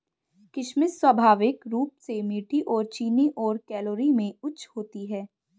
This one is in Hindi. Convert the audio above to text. किशमिश स्वाभाविक रूप से मीठी और चीनी और कैलोरी में उच्च होती है